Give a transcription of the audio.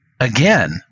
Again